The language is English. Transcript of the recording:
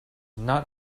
not